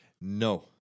No